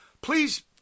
please